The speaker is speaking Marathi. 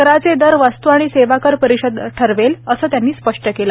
कराचे दर वस्तू आणि सेवा कर परिषद ठरवेल असं त्यांनी स्पष्ट केलं